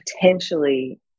potentially